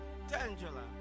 Tangela